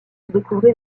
découvrit